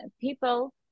people